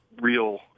real